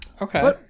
Okay